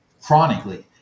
chronically